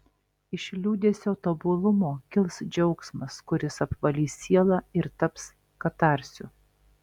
iš liūdesio tobulumo kils džiaugsmas kuris apvalys sielą ir taps katarsiu